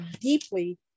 deeply